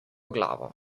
glavo